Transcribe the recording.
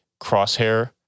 Crosshair